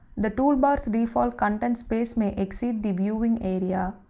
the toolbars default content space may exceed the viewing area.